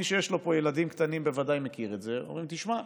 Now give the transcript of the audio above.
ומי שיש לו פה ילדים קטנים בוודאי מכיר את זה: תשמע,